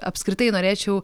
apskritai norėčiau